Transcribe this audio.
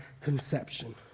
conception